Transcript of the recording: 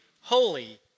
holy